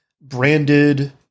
branded